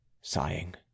sighing